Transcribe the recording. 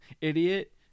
idiot